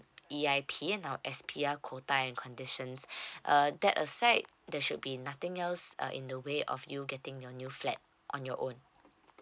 E_I_P and our S_P_R quota and conditions uh that a side there should be nothing else uh in the way of you getting your new flat on your own